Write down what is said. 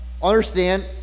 understand